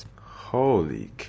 holy